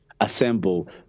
assemble